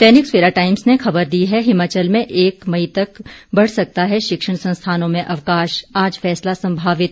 दैनिक Savera Times ने खबर दी है हिमाचल में एक मई तक बढ़ सकता है शिक्षण संस्थानों में अवकाश आज फैसला संभावित